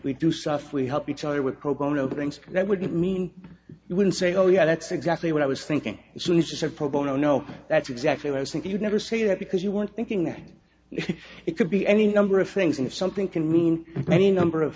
we do stuff we help each other with pro bono things that would mean you wouldn't say oh yeah that's exactly what i was thinking he said pro bono no that's exactly what i think you'd never say that because you weren't thinking that if it could be any number of things and something can mean any number of